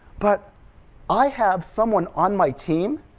but i have someone on my team,